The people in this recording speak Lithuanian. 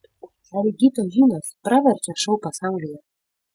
ar įgytos žinios praverčia šou pasaulyje